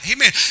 Amen